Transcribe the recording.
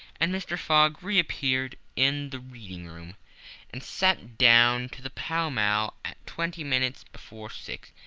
and mr. fogg re-appeared in the reading-room and sat down to the pall mall at twenty minutes before six.